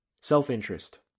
Self-interest